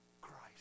Christ